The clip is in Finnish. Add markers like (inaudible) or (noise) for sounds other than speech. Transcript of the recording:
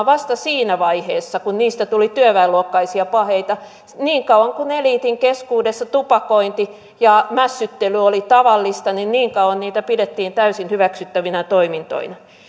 (unintelligible) vasta siinä vaiheessa kun niistä tuli työväenluokkaisia paheita niin kauan kuin eliitin keskuudessa tupakointi ja mässyttely oli tavallista niin niin kauan niitä pidettiin täysin hyväksyttävinä toimintoina